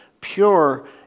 pure